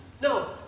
No